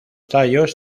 tallos